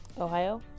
Ohio